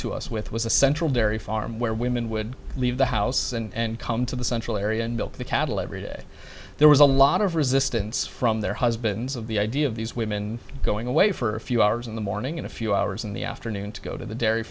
to us with was a central dairy farm where women would leave the house and come to the central area and built the cattle every day there was a lot of resistance from their husbands of the idea of these women going away for a few hours in the morning in a few hours in the afternoon to go to the dairy